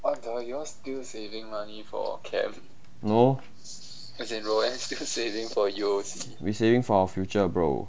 no we saving for our future bro